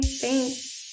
Thanks